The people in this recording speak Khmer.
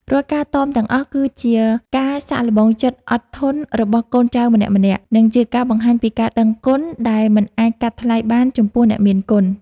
រាល់ការតមទាំងអស់គឺជាការសាកល្បងចិត្តអត់ធន់របស់កូនចៅម្នាក់ៗ និងជាការបង្ហាញពីការដឹងគុណដែលមិនអាចកាត់ថ្លៃបានចំពោះអ្នកមានគុណ។